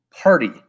party